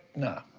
no.